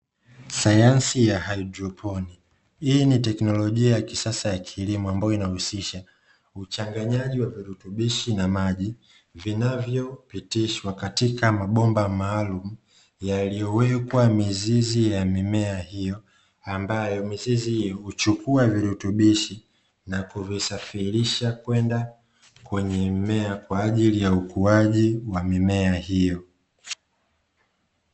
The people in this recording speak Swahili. Sayansi ya haidroponi. Hii ni teknolojia ya kisasa ya kilimo ambayo inahusisha uchanganyaji wa virutubishi na maji vinavyopitishwa katika mabomba maalumu yaliyowekwa mizizi ya mimea hiyo, ambayo mizizi hiyo huchukua virutubishi na kuvisafirisha kwenda kwenye mimea, kwa ajili ya ukuaji wa mimea hiyo.